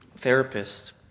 Therapist